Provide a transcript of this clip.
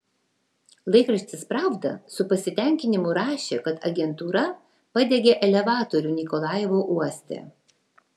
laikraštis pravda su pasitenkinimu rašė kad agentūra padegė elevatorių nikolajevo uoste